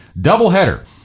doubleheader